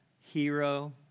hero